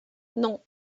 non